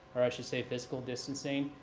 or i should say physical distancing.